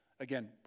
Again